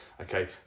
Okay